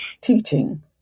teaching